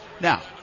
Now